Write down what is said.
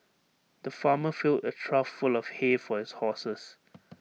the farmer filled A trough full of hay for his horses